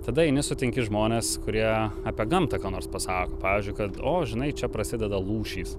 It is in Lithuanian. tada eini sutinki žmones kurie apie gamtą ką nors pasako pavyzdžiui kad o žinai čia prasideda lūšys